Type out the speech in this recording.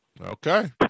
Okay